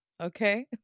Okay